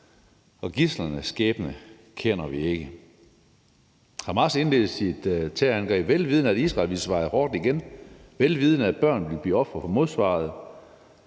og gidslernes skæbne kender vi ikke. Hamas indledte sit terrorangreb, vel vidende at Israel ville svare hårdt igen, vel vidende at børn ville blive ofre for modsvaret,